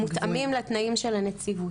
מותאמים לתנאים של הנציבות.